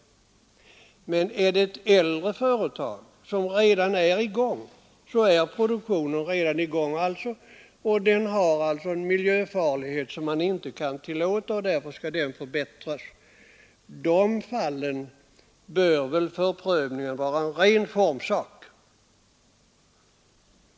I de fall när äldre företag redan är i gång med en produktion som är så miljöfarlig att den inte längre kan tillåtas, utan att förbättringar måste vidtas, bör väl förprövningen vara en ren formsak.